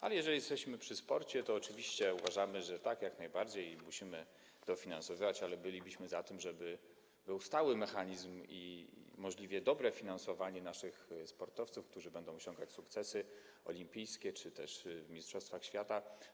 Skoro jesteśmy przy sporcie, to oczywiście uważamy, że tak, jak najbardziej musimy dofinansowywać, ale bylibyśmy za tym, żeby był opracowany stały mechanizm i było zapewnione możliwie dobre finansowanie naszych sportowców, którzy będą osiągać sukcesy olimpijskie czy też w mistrzostwach świata.